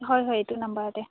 হয় হয় এইটো নাম্বাৰতে